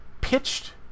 pitched